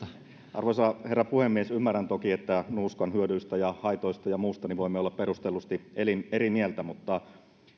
arvoisa herra puhemies ymmärrän toki että nuuskan hyödyistä ja haitoista ja muusta voimme olla perustellusti eri mieltä mutta